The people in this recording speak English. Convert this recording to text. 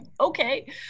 Okay